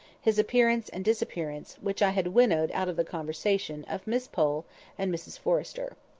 his appearance and disappearance, which i had winnowed out of the conversation of miss pole and mrs forrester.